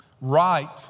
Right